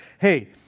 hey